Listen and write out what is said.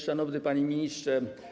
Szanowny Panie Ministrze!